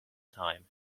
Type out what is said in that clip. time